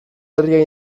herria